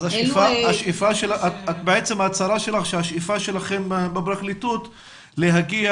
בעצם ההצהרה שלכם בפרקליטות היא להגיע